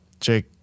Jake